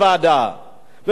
ובעצם הוא הרי לא התכוון,